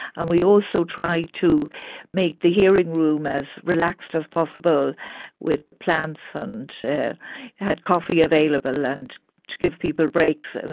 and we also tried to make the hearing room as relaxed as possible with plants and we had coffee available and to give people breaks,